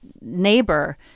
neighbor